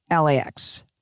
LAX